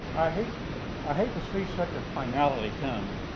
i hate i hate to see such a finality come.